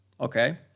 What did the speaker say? Okay